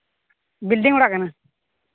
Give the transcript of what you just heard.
building ᱚᱲᱟᱜ ᱠᱟᱱᱟ